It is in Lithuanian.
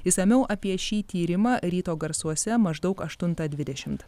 išsamiau apie šį tyrimą ryto garsuose maždaug aštuntą dvidešimt